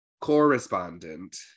Correspondent